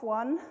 one